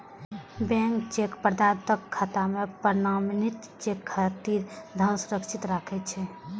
bank cheque प्रदाताक खाता मे प्रमाणित चेक खातिर धन सुरक्षित राखै छै